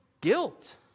guilt